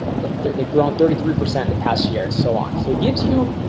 they're grown thirty three percent the past year and so on so it gives you.